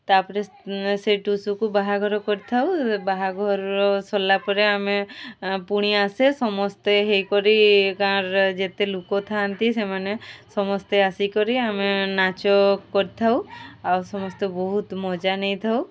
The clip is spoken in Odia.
ତା'ପରେ ସେ ଟୁସୁକୁ ବାହାଘର କରିଥାଉ ବାହାଘର ସରିଲା ପରେ ଆମେ ପୁଣି ଆସେ ସମସ୍ତେ ହେଇକରି ଗାଁ'ର ଯେତେ ଲୁକ ଥାଆନ୍ତି ସେମାନେ ସମସ୍ତେ ଆସି କରି ଆମେ ନାଚ କରିଥାଉ ଆଉ ସମସ୍ତେ ବହୁତ ମଜା ନେଇଥାଉ